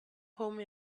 home